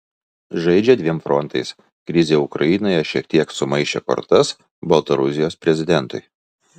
žaidžia dviem frontais krizė ukrainoje šiek tiek sumaišė kortas baltarusijos prezidentui